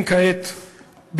הנמצאים כעת ברצועת-עזה,